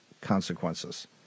consequences